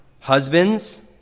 husbands